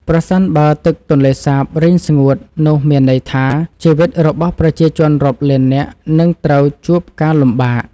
ប្រសិនបើបឹងទន្លេសាបរីងស្ងួតនោះមានន័យថាជីវិតរបស់ប្រជាជនរាប់លាននាក់នឹងត្រូវជួបការលំបាក។